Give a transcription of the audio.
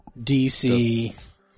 DC